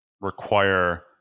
require